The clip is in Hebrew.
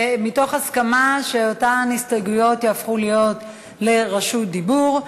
מתוך הסכמה שאותן הסתייגויות יהפכו לרשות דיבור,